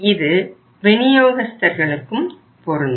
இது விநியோகஸ்தர்களுக்கும் பொருந்தும்